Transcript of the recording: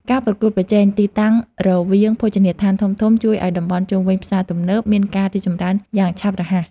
ការប្រកួតប្រជែងទីតាំងរវាងភោជនីយដ្ឋានធំៗជួយឱ្យតំបន់ជុំវិញផ្សារទំនើបមានការរីកចម្រើនយ៉ាងឆាប់រហ័ស។